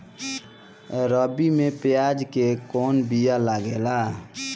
रबी में प्याज के कौन बीया लागेला?